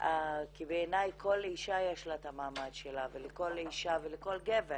כי בעיני כל אישה יש לה את המעמד שלה ולכל אשה וכל גבר